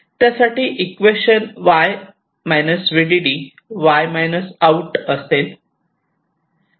त्यासाठीचे equation y vdd y out असेल